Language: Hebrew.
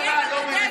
מרים את הדגל.